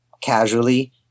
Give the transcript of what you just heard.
casually